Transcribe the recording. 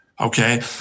Okay